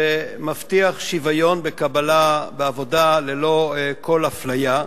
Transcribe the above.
שמבטיח שוויון בקבלה לעבודה ללא כל אפליה,